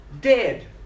dead